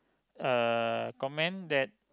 uh comment that